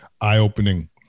eye-opening